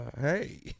hey